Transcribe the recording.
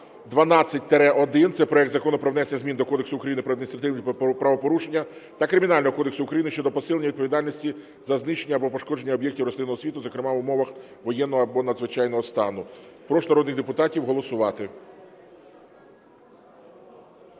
7212-1. Це проект Закону про внесення змін до Кодексу України про адміністративні порушення та Кримінального кодексу України щодо посилення відповідальності за знищення або пошкодження об’єктів рослинного світу, зокрема в умовах воєнного або надзвичайного стану. Прошу народних депутатів голосувати.